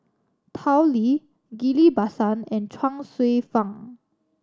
Tao Li Ghillie Basan and Chuang Hsueh Fang